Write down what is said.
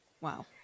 wow